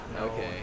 okay